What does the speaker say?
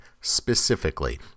specifically